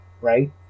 right